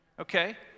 Okay